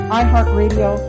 iHeartRadio